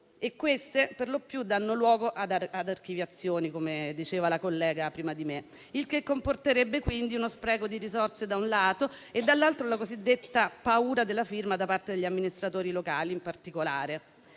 e queste perlopiù danno luogo ad archiviazioni, come diceva la collega prima di me. Il che comporterebbe, quindi, uno spreco di risorse da un lato e, dall'altro, la cosiddetta paura della firma da parte degli amministratori locali in particolare.